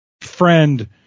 friend